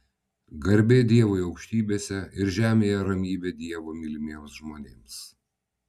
garbė dievui aukštybėse ir žemėje ramybė dievo mylimiems žmonėms